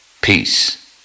Peace